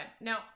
no